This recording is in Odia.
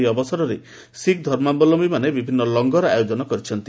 ଏହି ଅବସରରେ ଶିଖ୍ ଧର୍ମାବଲମ୍ଭୀମାନେ ବିଭିନ୍ନ ଲଙ୍ଗର ଆୟୋଜନ କରିଛନ୍ତି